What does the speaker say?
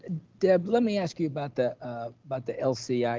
deb, let me ask you about the but the lcif yeah